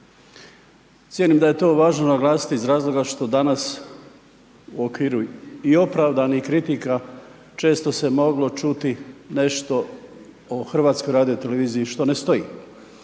Cijenim da je to važno naglasiti iz razloga što danas u okviru i opravdanih kritika, često se moglo čuti nešto o Hrvatskoj radio televiziji što ne stoji.